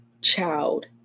child